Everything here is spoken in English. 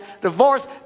divorce